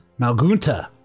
Malgunta